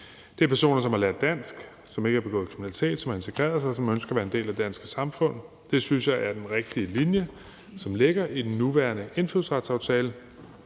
Det er personer, som har lært dansk, som ikke har begået kriminalitet, og som har integreret sig og ønsker at være en del af det danske samfund. Jeg synes, det er den rigtige linje, der er lagt i den nuværende indfødsretsaftale.